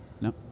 No